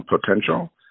potential